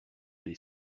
des